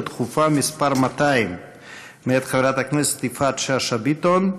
דחופה מס' 200 מאת חברת הכנסת יפעת שאשא ביטון.